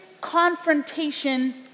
confrontation